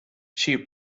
she